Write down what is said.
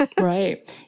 right